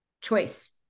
choice